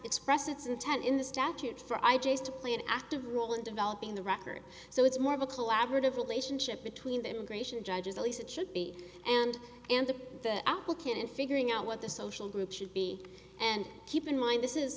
expressed its intent in the statute for i j is to play an active role in developing the record so it's more of a collaborative relationship between the immigration judges at least it should be and and the applicant in figuring out what the social group should be and keep in mind this is